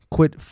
,Quit